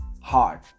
hard